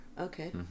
okay